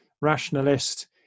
rationalist